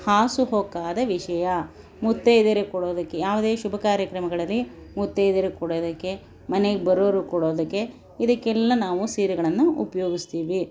ಹಾಸುಹೊಕ್ಕಾದ ವಿಷಯ ಮುತ್ತೈದೆರಿಗೆ ಕೊಡೋದಕ್ಕೆ ಯಾವುದೇ ಶುಭಕಾರ್ಯಕ್ರಮಗಳಲ್ಲಿ ಮುತ್ತೈದೆರಿಗೆ ಕೊಡೋದಕ್ಕೆ ಮನೆಗೆ ಬರೋರಿಗೆ ಕೊಡೋದಕ್ಕೆ ಇದಕ್ಕೆಲ್ಲ ನಾವು ಸೀರೆಗಳನ್ನು ಉಪಯೋಗಿಸ್ತೀವಿ